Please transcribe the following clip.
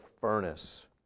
furnace